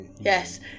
Yes